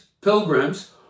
pilgrims